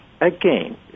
Again